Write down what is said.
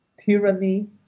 tyranny